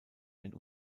ein